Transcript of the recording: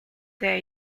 their